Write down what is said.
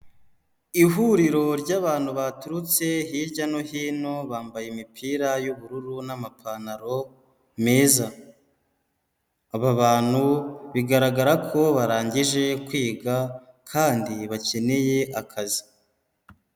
Ihuriro ry'abantu baturutse hirya no hino bambaye imipira y'ubururu n'amapantaro meza, aba bantu bigaragara ko barangije kwiga kandi bakeneye akazi.